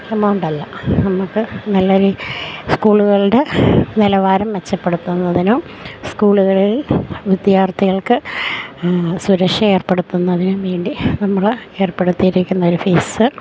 എമൗണ്ടല്ല നമുക്കു നല്ലൊരു സ്കൂളുകളുടെ നിലവാരം മെച്ചപ്പെടുത്തുന്നതിനും സ്കൂളുകളിൽ വിദ്യാർത്ഥികൾക്ക് സുരക്ഷ ഏർപ്പെടുത്തുന്നതിനുംവേണ്ടി നമ്മള് ഏർപ്പെടുത്തിയിരിക്കുന്നൊരു ഫീസ്